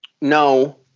No